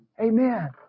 Amen